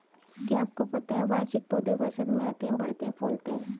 क्या आपको पता है वार्षिक पौधे वसंत में आते हैं, बढ़ते हैं, फूलते हैं?